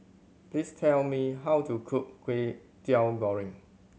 please tell me how to cook Kway Teow Goreng